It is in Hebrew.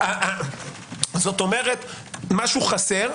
זאת אומרת משהו חסר.